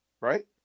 right